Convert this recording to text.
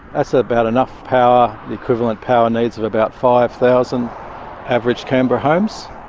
that's ah about enough power, the equivalent power needs of about five thousand average canberra homes,